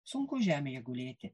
sunku žemėje gulėti